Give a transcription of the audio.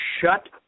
shut